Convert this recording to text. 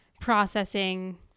processing